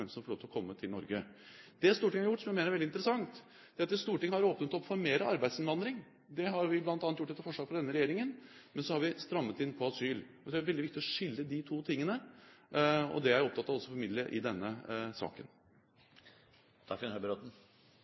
å komme til Norge. Det Stortinget har gjort – som jeg mener er veldig interessant – er at man har åpnet opp for mer arbeidsinnvandring. Det har man bl.a. gjort etter forslag fra denne regjeringen, men så har vi strammet inn på asyl. Det er veldig viktig å skille de to tingene, og det er jeg også opptatt av å formidle i denne saken.